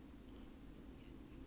ya the short hair one right